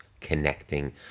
connecting